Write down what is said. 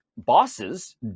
bosses